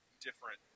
different